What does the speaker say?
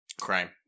Crime